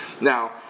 Now